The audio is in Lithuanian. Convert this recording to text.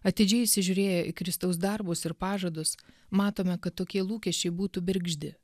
atidžiai įsižiūrėję į kristaus darbus ir pažadus matome kad tokie lūkesčiai būtų bergždi